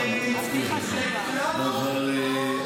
מי שאמון על הבריאות,